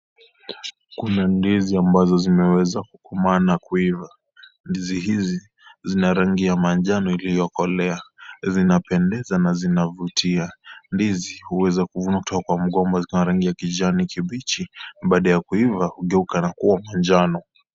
Kuna ndizi ambazo zimeweza kukomaa na kuiva, ndizi hizi zina rangi ya manjano iliyokolea, zinapendeza na zinavutia, ndizi huweza kuvutwa kwa mgongo ziko na rangi ya kijani kibichi na baada ya kuiva hugeuka na kuwà manjano.